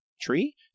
Tree